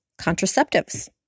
contraceptives